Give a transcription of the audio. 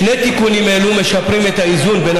שני תיקונים אלו משפרים את האיזון בין